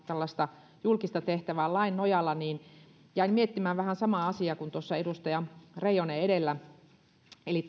tällaista julkista tehtävää lain nojalla niin jäin miettimään vähän samaa asiaa kuin tuossa edustaja reijonen edellä eli